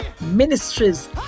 ministries